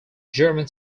german